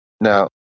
Now